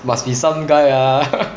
must be some guy ah